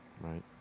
Right